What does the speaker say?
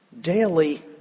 daily